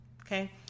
okay